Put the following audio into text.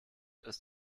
ist